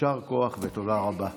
יישר כוח ותודה רבה לך.